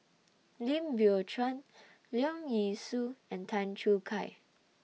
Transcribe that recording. Lim Biow Chuan Leong Yee Soo and Tan Choo Kai